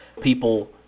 people